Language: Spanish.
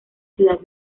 ciudad